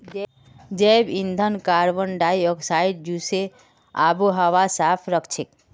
जैव ईंधन कार्बन डाई ऑक्साइडक चूसे आबोहवाक साफ राखछेक